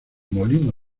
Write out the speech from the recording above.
molino